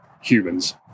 humans